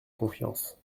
confiance